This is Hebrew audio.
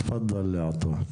תפדל, עטוה.